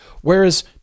Whereas